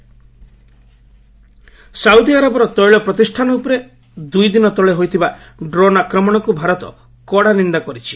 India Saudi Arab ସାଉଦିଆରବର ତେିଳ ପ୍ରତିଷ୍ଠାନ ଉପରେ ଦୁଇ ଦିନ ତଳେ ହୋଇଥିବା ଡ୍ରୋନ୍ ଆକ୍ରମଣକୁ ଭାରତ କଡ଼ା ନିନ୍ଦା କରିଛି